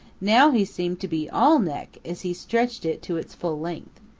now he seemed to be all neck as he stretched it to its full length.